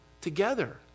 together